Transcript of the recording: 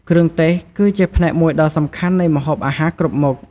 គ្រឿងទេស គឺជាផ្នែកមួយដ៏សំខាន់នៃម្ហូបអាហារគ្រប់មុខ។